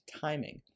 timing